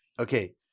Okay